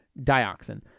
dioxin